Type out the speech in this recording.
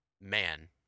man